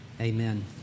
Amen